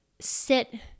sit